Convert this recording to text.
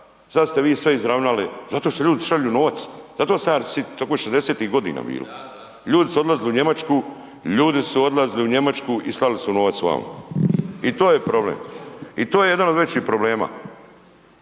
sada ste vi sve izravnali. Zato što ljudi šalju novac, .../Govornik se ne razumije./... tako je '60.-tih godina bilo, ljudi su odlazili u Njemačku, ljudi su odlazili u Njemačku i slali su novac vamo. I to je problem. I to je jedan od većih problema.